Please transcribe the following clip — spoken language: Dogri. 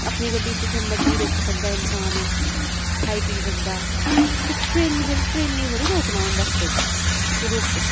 अपनी गड्डी जित्थै मर्जी रोकी सकदा इंसान खाई पी सकदा ते ट्रेनें थोह्डी ट्रेनें थोह्ड़े रोकना होंदा बस्सै च कि तु रुक